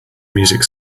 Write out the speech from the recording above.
music